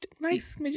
nice